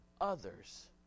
others